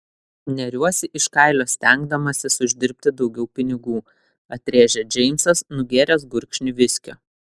neriuosi iš kailio stengdamasis uždirbti daugiau pinigų atrėžė džeimsas nugėręs gurkšnį viskio